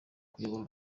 kuyobora